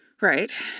Right